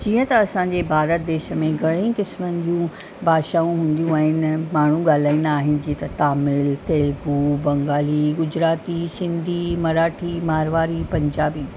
जीअं त असांजे भारत देश में घणेई क़िस्मनि जूं भाषाऊं हूंदियूं आहिनि माण्हू ॻाल्हाईंदा आहिनि जीअं त तमिल तेलगू बंगाली गुजराती सिंधी मराठी मारवाड़ी पंजाबी